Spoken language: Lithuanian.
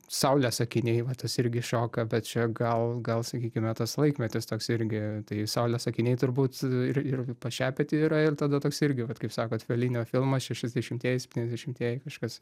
saulės akiniai va tas irgi šioka bet čia gal gal sakykime tas laikmetis toks irgi tai saulės akiniai turbūt ir ir pas šepetį yra ir tada toks irgi kaip sakot felinio filmas šešiasdešimtieji septyniasdešimtieji kažkas